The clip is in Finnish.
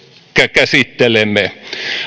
käsittelemme